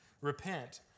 Repent